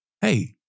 hey